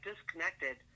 disconnected